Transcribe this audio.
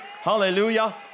hallelujah